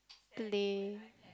play